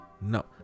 no